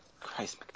Christ